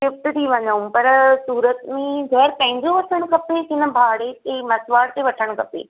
shift थी वञूं पर सूरत में ई घरु पंहिंजो वठणु खपे की न भाड़े ते मसुवाड़ ते वठणु खपे